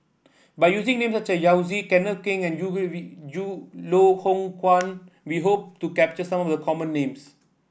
by using name such as Yao Zi Kenneth Keng and Loh Hoong Kwan we hope to capture some of the common names